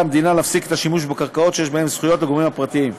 המדינה להפסיק את השימוש בקרקעות שיש בהן זכויות לגורמים פרטיים.